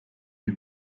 des